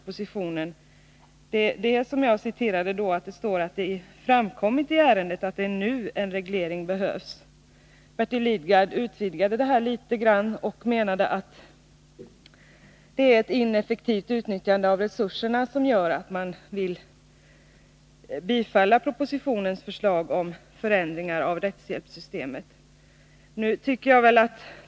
Det är egentligen bara det som jag citerade att det ”i ärendet framkommit att det är nu en reglering behövs”. Bertil Lidgard utvidgade detta litet och sade att det är det ineffektiva utnyttjandet av resurserna som gör att man vill bifalla propositionens förslag om förändringar av rättshjälpssystemet.